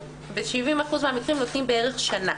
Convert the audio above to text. ב-70% מהמקרים נותנים בערך שנה.